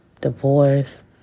Divorce